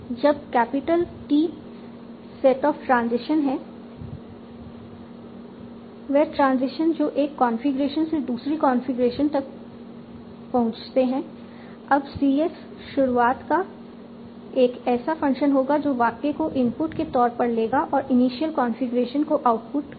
अब capital T set of transition है वह ट्रांजिशन जो एक कॉन्फ़िगरेशन से दूसरी कॉन्फ़िगरेशन तक पहुंचाते हैं अब सीएस शुरुआत का एक ऐसा फंक्शन होगा जो वाक्य को इनपुट के तौर पर लेगा और इनिशियल कॉन्फ़िगरेशन को आउटपुट की तौर पर देगा